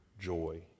joy